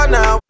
now